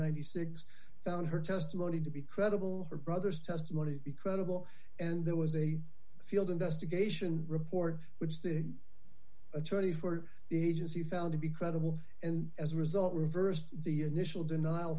and six found her testimony to be credible her brother's testimony because of all and there was a field investigation report which the attorney for the agency found to be credible and as a result reversed the initial denial